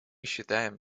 считаем